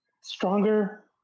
stronger